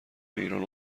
ایران